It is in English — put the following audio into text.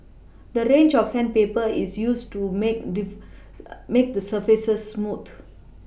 a range of sandpaper is used to make make the surface smooth